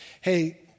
Hey